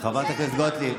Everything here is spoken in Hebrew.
חברת הכנסת גוטליב,